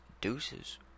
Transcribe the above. Deuces